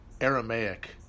Aramaic